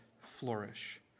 flourish